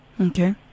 Okay